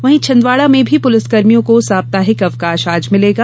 वहीं छिंदवाड़ा में भी पुलिसकर्मियों को साप्ताहिक अवकाश आज मिलेगा